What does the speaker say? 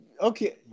Okay